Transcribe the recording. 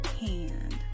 hand